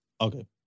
Okay